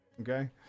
Okay